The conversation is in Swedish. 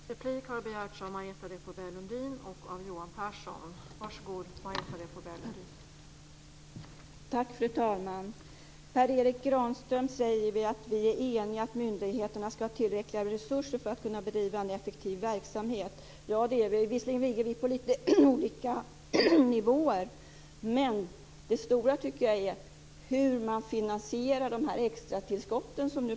Fru talman! Per Erik Granström säger att vi är eniga om att myndigheterna ska ha tillräckliga resurser för att kunna bedriva en effektiv verksamhet. Det är vi. Visserligen ligger vi på lite olika nivåer, men det stora är hur man finansierar de extra tillskotten.